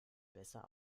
besser